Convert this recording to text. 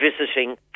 visiting